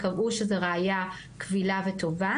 קבעו שזה ראייה קבילה וטובה